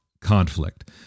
conflict